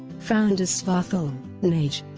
founders svartholm, neij,